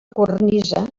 cornisa